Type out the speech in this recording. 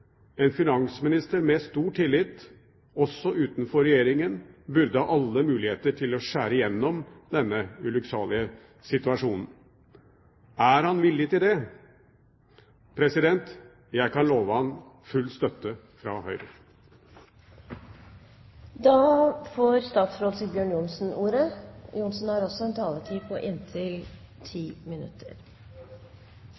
En finansminister med stor tillit, også utenfor Regjeringen, burde ha alle muligheter til å skjære igjennom i denne ulykksalige situasjonen. Er han villig til det? Jeg kan love ham full støtte fra